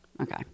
Okay